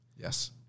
Yes